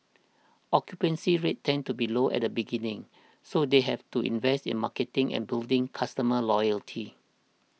occupancy rates tend to be low at the beginning so they have to invest in marketing and building customer loyalty